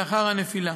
לאחר הנפילה.